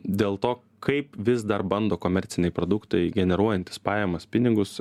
dėl to kaip vis dar bando komerciniai produktai generuojantys pajamas pinigus